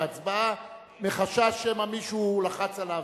לא משנה את ההצבעה מחשש שמא מישהו לחץ עליו,